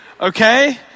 okay